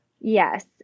Yes